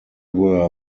were